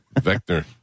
Vector